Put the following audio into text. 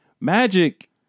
Magic